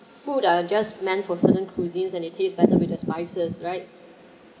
food are just meant for certain cuisines and it tastes better with the spices right